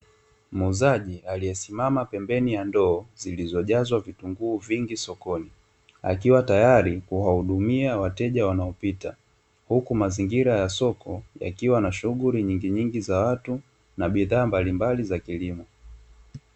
Muuzaji alyesimama pembeni ya ndoo, zilizojazwa vitunguu vingi sokoni akiwa tayari kuwahudumia wateja wanaopita. Huku mazingira ya soko yakiwa na shughuli nyinginyingi za watu na bidhaa mbalimbali za kilimo.